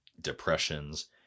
depressions